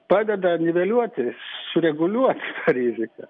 padeda niveliuoti sureguliuot tą riziką